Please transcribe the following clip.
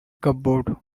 cupboard